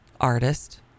artist